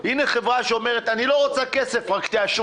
ולכן בשלב הזה אני לא יכול להגיד לך שיש איזשהו